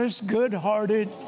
good-hearted